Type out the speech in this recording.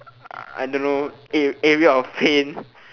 I don't know area of pain